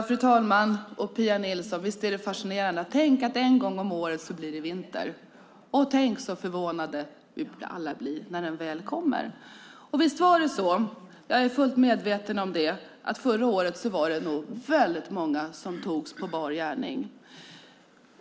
Fru talman! Visst är det fascinerande, Pia Nilsson, att en gång om året blir det vinter, och tänk så förvånade alla blir när den väl kommer. Visst var det så - och jag är fullt medveten om det - att förra året var det nog många som togs på sängen.